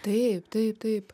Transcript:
taip taip taip